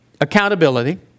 accountability